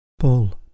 Paul